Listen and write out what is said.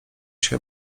się